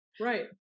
Right